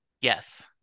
yes